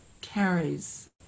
carries